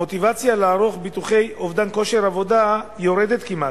המוטיבציה לערוך ביטוחי אובדן כושר עבודה יורדת כמעט,